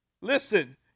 Listen